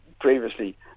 previously